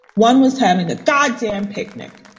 one was having a dog damn picnic.